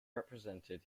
represented